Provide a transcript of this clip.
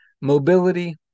mobility